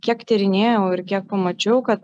kiek tyrinėjau ir kiek pamačiau kad